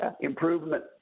improvement